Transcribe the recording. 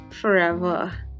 forever